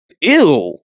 ill